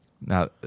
Now